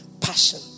passion